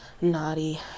naughty